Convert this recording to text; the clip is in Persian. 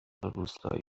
روستایی